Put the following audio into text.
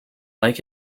like